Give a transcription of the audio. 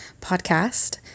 podcast